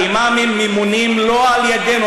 האימאמים ממונים לא על ידינו.